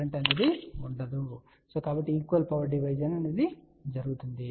current ఉండదు కాబట్టి equal power division సమాన విద్యుత్ విభజన జరుగుతుంది